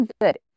good